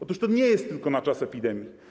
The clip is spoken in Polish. Otóż to nie jest tylko na czas epidemii.